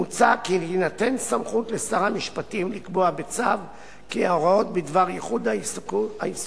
מוצע כי תינתן סמכות לשר המשפטים לקבוע בצו כי ההוראות בדבר ייחוד העיסוק